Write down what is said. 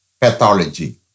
pathology